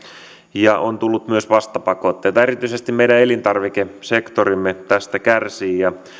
ja on tullut myös vastapakotteita erityisesti meidän elintarvikesektorimme tästä kärsii